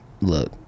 look